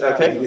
Okay